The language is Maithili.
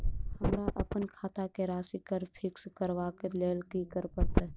हमरा अप्पन खाता केँ राशि कऽ फिक्स करबाक लेल की करऽ पड़त?